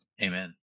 amen